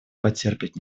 потерпит